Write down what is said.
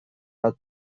bat